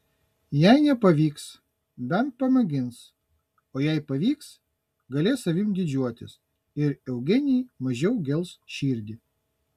jei nepavyks bent pamėgins o jei pavyks galės savimi didžiuotis ir eugenijai mažiau gels širdį